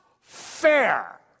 fair